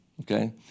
okay